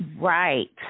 Right